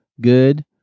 good